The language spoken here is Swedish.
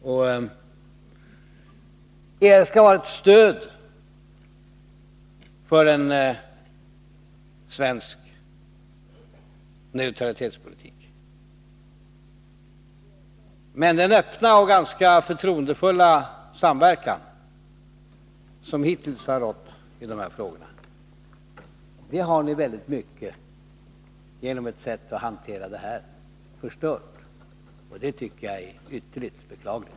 Vi slår vakt om den svenska neutralitetspolitiken. Den öppna och ganska förtroendefulla samverkan som hittills har rått i dessa frågor har ni till stor del förstört genom er hantering. Det tycker jag är ytterligt beklagligt.